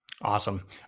Awesome